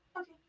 okay